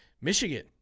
Michigan